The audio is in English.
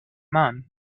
man